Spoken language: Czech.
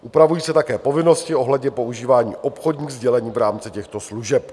Upravují se také povinnosti ohledně používání obchodních sdělení v rámci těchto služeb.